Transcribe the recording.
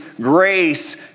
grace